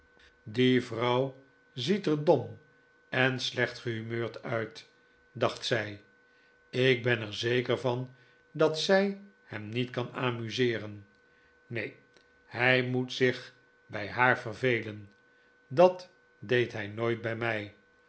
die vrouw ziet er dom en slecht gehumeurd uit dacht zij ik ben er zeker van dat zij hem niet kan amuseeren neen hij moet zich bij haar vervelen dat deed hij nooit bij mij